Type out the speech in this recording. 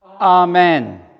Amen